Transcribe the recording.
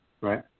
Right